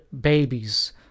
babies